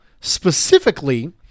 specifically